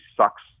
sucks